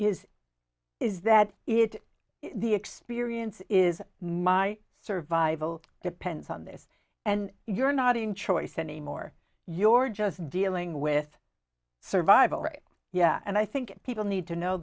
is is that it the experience is my survival depends on this and you're not in choice anymore your just dealing with survival rates yeah and i think people need to know